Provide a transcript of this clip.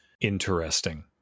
interesting